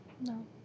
No